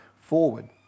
forward